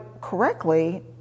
correctly